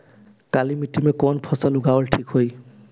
काली मिट्टी में कवन फसल उगावल ठीक होई?